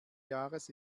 jahres